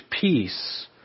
peace